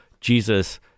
jesus